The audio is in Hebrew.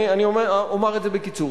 אני אומר את זה בקיצור.